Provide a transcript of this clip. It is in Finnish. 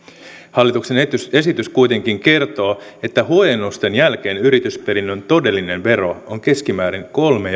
hallituksen esitys esitys kuitenkin kertoo että huojennusten jälkeen yritysperinnön todellinen vero on keskimäärin kolme